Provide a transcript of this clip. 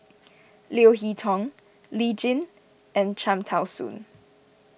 Leo Hee Tong Lee Tjin and Cham Tao Soon